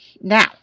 Now